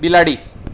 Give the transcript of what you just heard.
બિલાડી